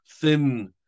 thin